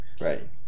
Right